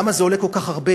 למה זה עולה כל כך הרבה,